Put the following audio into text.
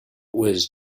was